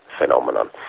phenomenon